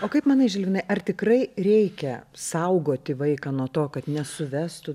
o kaip manai žilvinai ar tikrai reikia saugoti vaiką nuo to kad nesuvestų